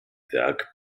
werk